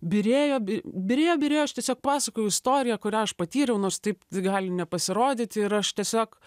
byrėjo byrėjo byrėjo aš tiesiog pasakojau istoriją kurią aš patyriau nors taip gali nepasirodyti ir aš tiesiog